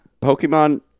pokemon